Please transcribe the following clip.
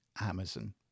Amazon